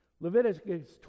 Leviticus